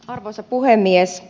arvoisa puhemies